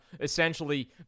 essentially